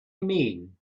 mean